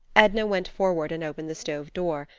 edna went forward and opened the stove door,